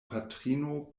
patrino